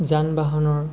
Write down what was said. যান বাহনৰ